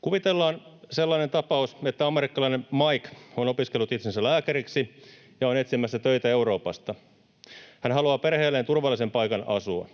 Kuvitellaan sellainen tapaus, että amerikkalainen Mike on opiskellut itsensä lääkäriksi ja on etsimässä töitä Euroopasta. Hän haluaa perheelleen turvallisen paikan asua.